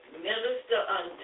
Minister